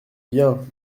bien